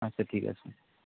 আচ্ছা ঠিক আছে